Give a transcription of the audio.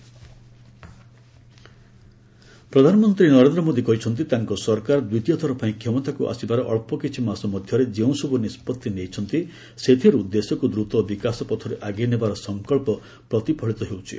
PM summit ପ୍ରଧାନମନ୍ତ୍ରୀ ନରେନ୍ଦ୍ର ମୋଦି କହିଛନ୍ତି ତାଙ୍କ ସରକାର ଦ୍ୱିତୀୟଥର ପାଇଁ କ୍ଷମତାକୁ ଆସିବାର ଅଳ୍ପକିଛି ମାସ ମଧ୍ୟରେ ଯେଉଁସବୁ ନିଷ୍କଭି ନେଇଛନ୍ତି ସେଥିରୁ ଦେଶକୁ ଦ୍ରୁତ ବିକାଶ ପଥରେ ଆଗେଇ ନେବାର ସଂକଳ୍ପ ପ୍ରତିଫଳିତ ହେଉଛି